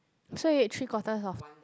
so you eat three quarter of